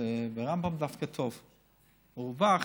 ברמב"ם דווקא טוב: מרווח,